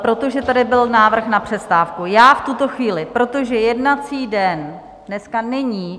Protože tady byl návrh na přestávku, já v tuto chvíli, protože jednací den dneska není...